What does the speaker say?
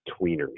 tweeners